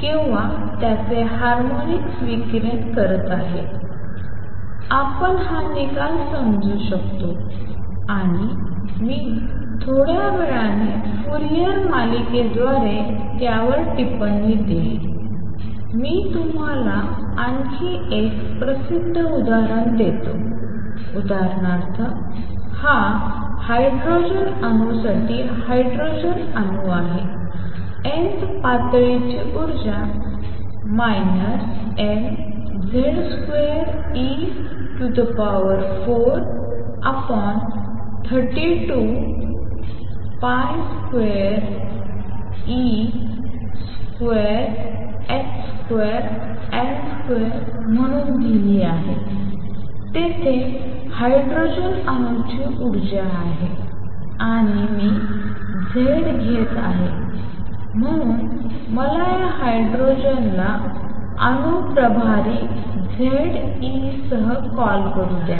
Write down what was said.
किंवा त्याचे हार्मोनिक्स विकिरण करत आहे आपण हा निकाल समजू शकतो आणि मी थोड्या वेळाने फूरियर मालिकेद्वारे त्यावर टिप्पणी देईन मी तुम्हाला आणखी एक प्रसिद्ध उदाहरण देतो उदाहरणार्थ हा हायड्रोजन अणूसाठी हायड्रोजन अणू आहे nth पातळीची ऊर्जा mz2e432202h2n2 म्हणून दिली आहे तेथे हायड्रोजन अणूची ऊर्जा आहे आणि मी Z घेत आहे म्हणून मला या हायड्रोजनला अणू प्रभारी Z e सह कॉल करू द्या